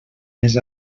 més